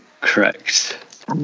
correct